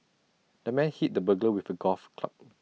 the man hit the burglar with A golf club